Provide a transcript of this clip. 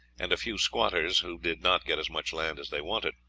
and a few squatters who did not get as much land as they wanted.